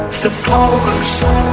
suppose